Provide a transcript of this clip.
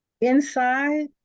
inside